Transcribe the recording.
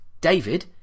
David